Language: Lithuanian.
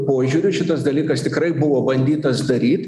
požiūriu šitas dalykas tikrai buvo bandytas daryt